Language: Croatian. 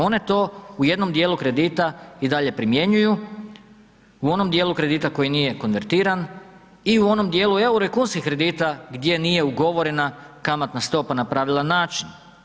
One to u jednom djelu kredita i dalje primjenjuju, u onom djelu kredita koji nije konvertiran i u onom djelu eura kunskih kredita gdje nije ugovorena kamatna stopa na pravilan način.